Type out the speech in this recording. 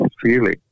feeling